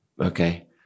Okay